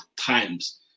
times